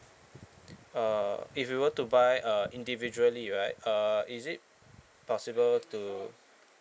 uh if you were to buy uh individually right uh is it possible to